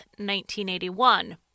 1981